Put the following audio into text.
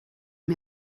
mir